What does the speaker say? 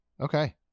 Okay